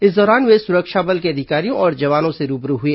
इस दौरान वे सुरक्षा बल के अधिकारियों और जवानों से रूबरू हुए